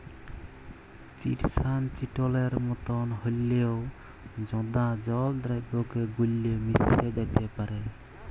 chitosan চিটনের মতন হঁল্যেও জঁদা জল দ্রাবকে গুল্যে মেশ্যে যাত্যে পারে